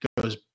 goes